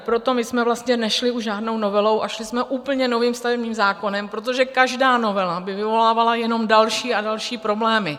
Proto jsme vlastně nešli už žádnou novelou a šli jsme úplně novým stavebním zákonem, protože každá novela by vyvolávala jenom další a další problémy.